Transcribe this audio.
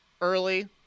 early